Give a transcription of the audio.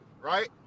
right